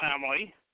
family